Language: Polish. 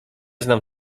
znam